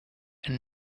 and